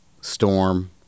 storm